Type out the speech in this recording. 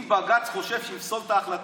אם בג"ץ חושב שהוא יפסול את ההחלטה,